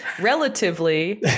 relatively